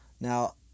Now